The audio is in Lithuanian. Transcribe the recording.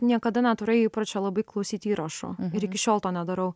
niekada neturė įpročio labai klausyt įrašo ir iki šiol to nedarau